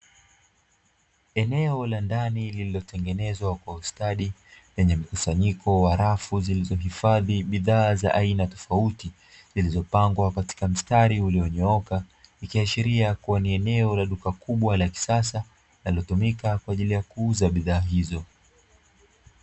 Eneo la ndani lililotengenezwa kwa ustadi, lenye mkusanyiko wa rafu zilizohifadhi bidhaa za aina tofauti, zilizopangwa katika mstari ulionyooka; ikiashiria kuwa ni eneo la duka kubwa la kisasa linalotumika kwa ajili ya kuuza bidhaa hizo.